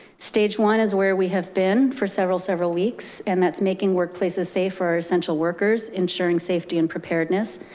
stage one is where we have been for several several weeks and that's making workplaces safe for our essential workers, ensuring safety and preparedness,